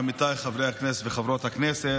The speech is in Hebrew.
עמיתיי חברי הכנסת וחברות הכנסת,